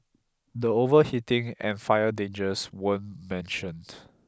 the overheating and fire dangers weren't mentioned